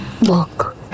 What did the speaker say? look